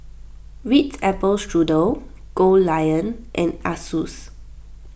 Ritz Apple Strudel Goldlion and Asus